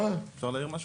אפשר להעיר משהו?